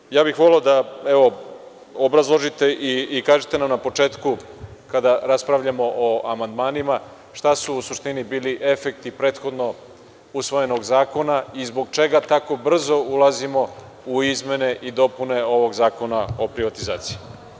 Dakle, ja bih voleo da obrazložite i kažite nam na početku kada raspravljamo o amandmanima, šta su u suštini bili efekti prethodno usvojenog zakona i zbog čega tako brzo ulazimo u izmene i dopune ovog zakona o privatizaciji.